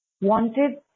wanted